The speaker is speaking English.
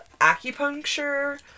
acupuncture